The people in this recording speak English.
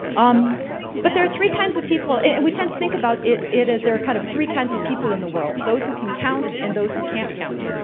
um but, there are three kinds of people, we tend to think about it it as there are kind of three kinds of people in the world those who can count, and those who can't count,